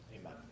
Amen